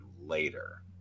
later